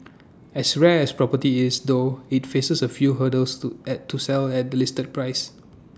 as rare as property is though IT faces A few hurdles to to sell at the listed price